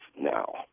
now